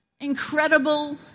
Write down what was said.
incredible